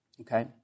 Okay